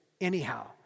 anyhow